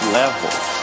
levels